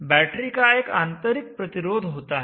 battery का एक आंतरिक प्रतिरोध होता है